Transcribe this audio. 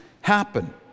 happen